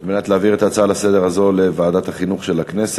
על מנת להעביר את ההצעה הזאת לסדר-היום לוועדת החינוך של הכנסת.